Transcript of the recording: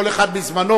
כל אחד בזמנו,